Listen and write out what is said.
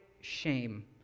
shame